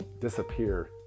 disappear